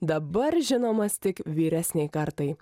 dabar žinomas tik vyresnei kartai